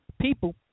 people